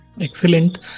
Excellent